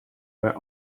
where